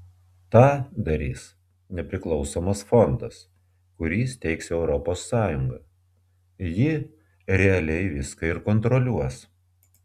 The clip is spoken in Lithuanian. tą darys nepriklausomas fondas kurį steigs europos sąjunga ji realiai viską ir kontroliuos